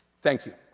thank you.